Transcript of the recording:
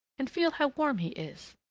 and feel how warm he is!